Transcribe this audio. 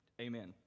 amen